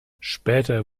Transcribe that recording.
später